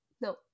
no